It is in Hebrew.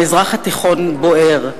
המזרח התיכון בוער,